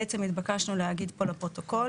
בעצם התבקשנו להגיד פה לפרוטוקול.